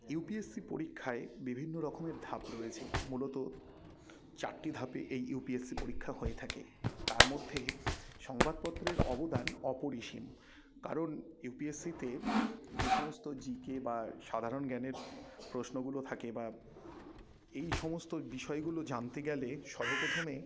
UPSC পরীক্ষায় বিভিন্ন রকমের ধাপ রয়েছে মূলত চারটি ধাপে এই ইউপিএসসি পরীক্ষা হয়ে থাকে তার মধ্যে সংবাদপত্রের অবদান অপরিসীম কারণ ইউপিএসসিতে যে সমস্ত জিকে বা সাধারণ জ্ঞানের প্রশ্নগুলো থাকে বা এই সমস্ত বিষয়গুলো জানতে গেলে সর্বপ্রথমে